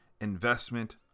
investment